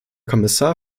kommissar